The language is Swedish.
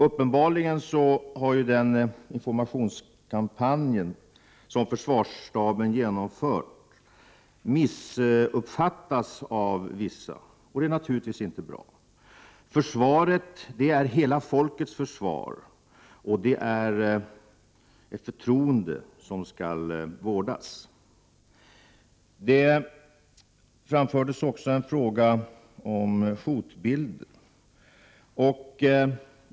Uppenbarligen har ju den informationskampanj som försvarsstaben genomfört missuppfattats av vissa, och det är naturligtvis inte bra. Vårt försvar är ett hela folkets försvar, och det är ett förtroende som skall vårdas. Det framfördes också en fråga om hotbilderna.